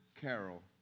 Carol